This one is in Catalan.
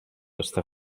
estar